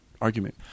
argument